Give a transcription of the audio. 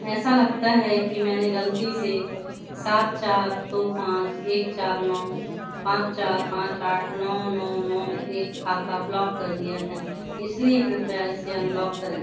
ऐसा लगता है कि मैंने गलती से सात चार दो पाँच एक चार नौ पाँच चार पाँच आठ नौ नौ नौ एक खाता ब्लॉक कर दिया है इसलिए कृपया इसे अनब्लॉक करें